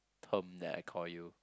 term that I call you